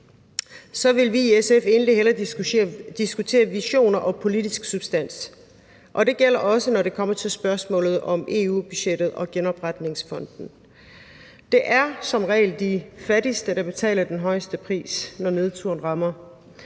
så vil vi i SF egentlig hellere diskutere visioner og politisk substans, og det gælder også, når det kommer til spørgsmålet om EU-budgettet og genopretningsfonden. Det er som regel de fattigste, der betaler den højeste pris, når nedturen rammer.